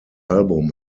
album